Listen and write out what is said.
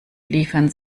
liefern